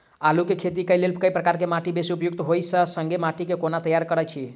आलु केँ खेती केँ लेल केँ प्रकार केँ माटि बेसी उपयुक्त होइत आ संगे माटि केँ कोना तैयार करऽ छी?